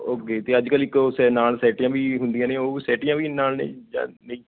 okay ਅਤੇ ਅੱਜ ਕੱਲ੍ਹ ਇੱਕ ਉਹ ਸੇ ਨਾਲ ਸੈੱਟੀਆਂ ਵੀ ਹੁੰਦੀਆਂ ਨੇ ਉਹ ਵੀ ਸੈੱਟੀਆਂ ਵੀ ਨਾਲ ਨੇ ਜਾਂ ਨਹੀਂ